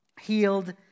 healed